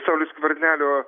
sauliaus skvernelio